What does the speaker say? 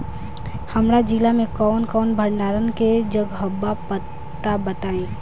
हमरा जिला मे कवन कवन भंडारन के जगहबा पता बताईं?